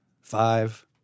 five